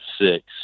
six